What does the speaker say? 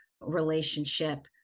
relationship